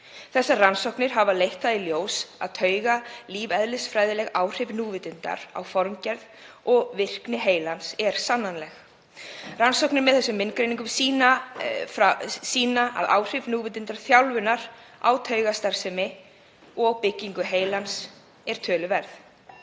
Þessar rannsóknir hafa leitt í ljós að taugalífeðlisfræðileg áhrif núvitundar á formgerð og virkni heilans eru sannanleg. Rannsóknir með þessum myndgreiningum sýna að áhrif núvitundarþjálfunar á taugastarfsemi og byggingu heilans eru töluverð.